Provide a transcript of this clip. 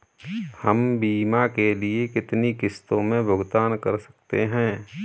हम बीमा के लिए कितनी किश्तों में भुगतान कर सकते हैं?